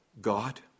God